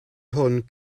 hwn